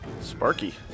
Sparky